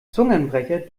zungenbrecher